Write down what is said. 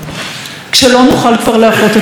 כשלא נוכל כבר לאחות את הקרע,